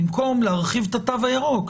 במקום להרחיב את התו הירוק?